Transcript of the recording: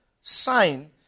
sign